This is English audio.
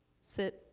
sit